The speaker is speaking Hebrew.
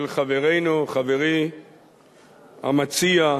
של חברנו, חברי המציע,